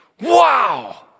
Wow